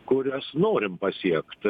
kuriuos norim pasiekt